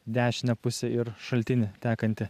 dešine puse ir šaltinį tekantį